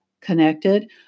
connected